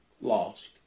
Lost